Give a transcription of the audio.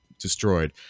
destroyed